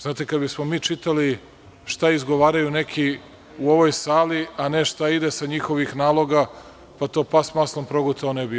Znate, kada bismo mi čitali šta izgovaraju neki u ovoj sali, a ne šta ide sa njihovih naloga, pa to pas s maslom progutao ne bi.